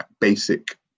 basic